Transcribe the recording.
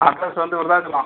address வந்து விருத்தாச்சலம்